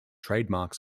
trademarks